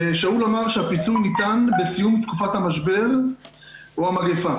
שאול אמר שהפיצוי ניתן בסיום תקופת המשבר או המגפה.